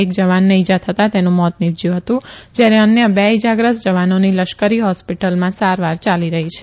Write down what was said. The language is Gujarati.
એક જવાનને ઇજા થતાં તેનું મોત નિપજયું હતુ જયારે અન્ય બે ઇજાગ્રસ્ત જવાનોની લશ્કરી હોસ્પિટલમાં સારવાર યાલી રઠી છે